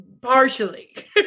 partially